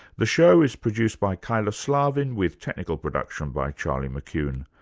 the show is produced by kyla slaven with technical production by charlie mckune.